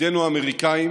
ידידינו האמריקנים